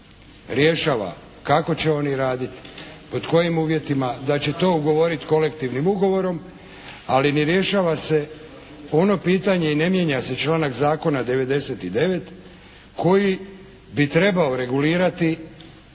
Rješava kako će oni raditi, pod kojim uvjetima, da će to ugovoriti kolektivnim ugovorom. Ali ne rješava se ono pitanje i ne mijenja se članak zakona 99. koji bi trebao regulirati,